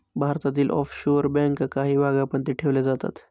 भारतातील ऑफशोअर बँका काही भागांमध्ये ठेवल्या जातात